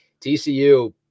TCU